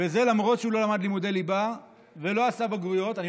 וזה למרות שהוא לא למד לימודי ליבה ולא עשה בגרויות.